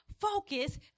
focus